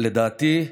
לדעתי,